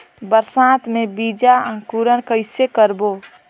बरसात मे बीजा अंकुरण कइसे करबो?